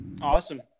Awesome